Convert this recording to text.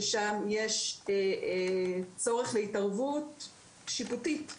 ששם יש צורך להתערבות שיפוטית,